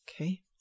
Okay